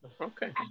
Okay